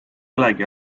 olegi